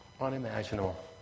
unimaginable